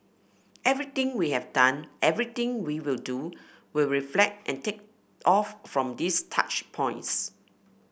everything we have done everything we will do will reflect and take off from these touch points